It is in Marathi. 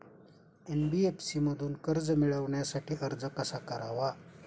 एन.बी.एफ.सी मधून कर्ज मिळवण्यासाठी अर्ज कसा करावा?